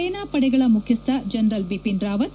ಸೇನಾಪಡೆಗಳ ಮುಖ್ಯಸ್ವ ಜನರಲ್ ಬಿಪಿನ್ ರಾವತ್